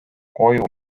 koju